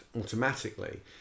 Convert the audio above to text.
automatically